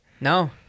No